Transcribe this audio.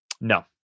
No